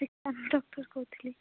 Srikanth doctor କହୁଥିଲି